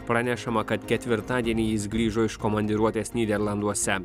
pranešama kad ketvirtadienį jis grįžo iš komandiruotės nyderlanduose